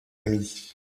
amis